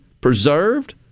preserved